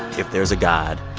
if there's a god,